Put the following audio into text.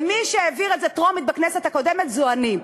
ומי שהעביר את זה בטרומית בכנסת הקודמת זו אני,